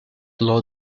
law